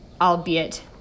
albeit